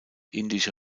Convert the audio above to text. indische